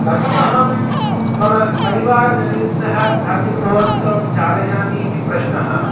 कथमहं मम परिवारजनैः सह धार्मिकमहोत्सवं चालयामि इति प्रश्नः